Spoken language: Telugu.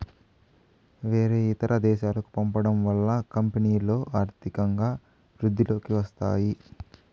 వేరే ఇతర దేశాలకు పంపడం వల్ల కంపెనీలో ఆర్థికంగా వృద్ధిలోకి వస్తాయి